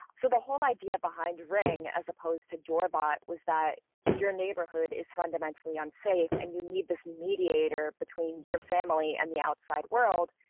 so the whole idea behind ring as opposed to door bought was that your neighborhood is fundamentally unsafe and you need this mediator between your family and the outside world,